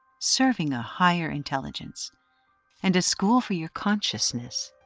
serving a higher intelligence and a school for your consciousness,